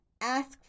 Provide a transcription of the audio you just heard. ask